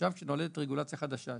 עכשיו כשנולדת רגולציה חדשה,